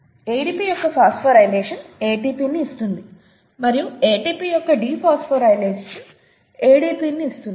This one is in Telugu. ADP యొక్క ఫాస్ఫోరైలేషన్ ATPని ఇస్తుంది మరియు ATP యొక్క డీఫోస్ఫోరైలేషన్ ADPని ఇస్తుంది